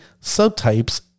subtypes